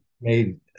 made